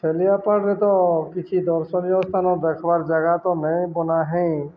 ଛେଲିଆ ପାହାଡ଼ରେ ତ କିଛି ଦର୍ଶନୀୟ ସ୍ଥାନ ଦେଖ୍ବାର୍ ଜାଗା ତ ନାଇଁ ବନା ହେଇ